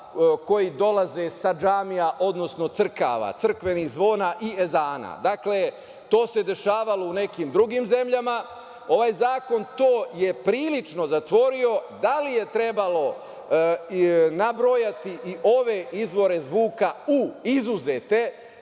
koji dolaze sa džamija, odnosno crkava, crkvenih zvona i ezana. To se dešavalo u nekim drugim zemljama. Ovaj zakon to je prilično zatvorio, da li je trebalo nabrojati i ove izbore zvuka u izuzete,